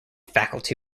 faculty